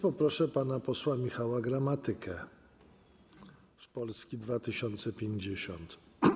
Proszę pana posła Michała Gramatykę z Polski 2050.